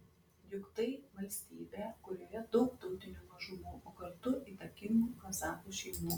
juk tai valstybė kurioje daug tautinių mažumų o kartu įtakingų kazachų šeimų